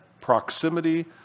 Proximity